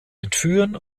entführen